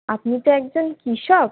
আপনি তো একজন কৃষক